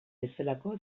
bezalako